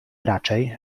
raczej